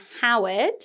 Howard